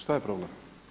Šta je problem?